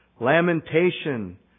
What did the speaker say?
lamentation